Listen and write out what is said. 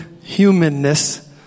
humanness